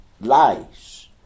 Lies